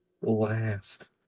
last